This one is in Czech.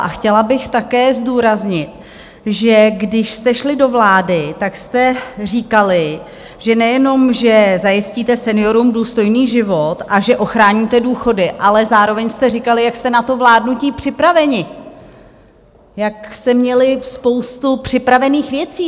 A chtěla bych také zdůraznit, že když jste šli do vlády, tak jste říkali, nejenom že zajistíte seniorům důstojný život a že ochráníte důchody, ale zároveň jste říkali, jak jste na to vládnutí připraveni, jak jste měli spoustu připravených věcí.